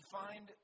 find